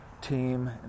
team